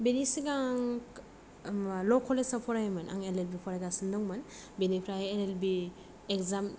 बिनि सिगां आं ल' कलेजआव फरायोमोन आं एल एल बि फरायगासिनो दंमोन बिनिफ्राय एल एल बि इकजाम